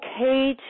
okay